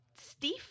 Steve